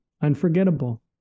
Unforgettable